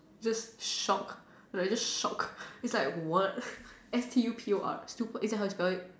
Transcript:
just shock like just shock it's like what S T U P O R stupor you know how to spell it